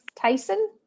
Tyson